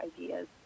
ideas